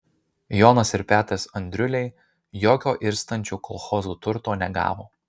jonas ir petras andriuliai jokio irstančių kolchozų turto negavo